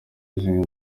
zimwe